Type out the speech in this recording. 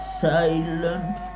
silent